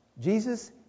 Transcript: Jesus